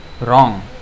wrong